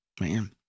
Man